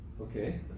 okay